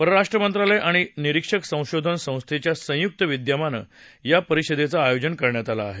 परराष्ट्र मंत्रालय आणि निरीक्षक संशोधन संस्थेच्या संयुक्त विद्यमाने या परिषदेचं आयोजन करण्यात आलं आहे